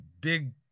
big